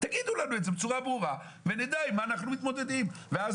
תגידו לנו את זה בצורה ברורה ונדע עם מה אנחנו מתמודדים ואז